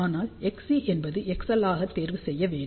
ஆனால் Xc என்பது XL ஆக தேர்வு செய்ய வேண்டும்